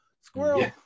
Squirrel